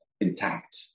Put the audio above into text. intact